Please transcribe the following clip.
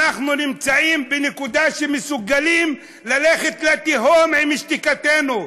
אנחנו נמצאים בנקודה שאנחנו מסוגלים ללכת לתהום עם שתיקתנו.